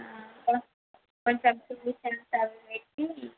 కొంచెం అవి పెట్టి